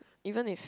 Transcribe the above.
even if